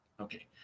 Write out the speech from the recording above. Okay